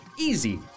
Easy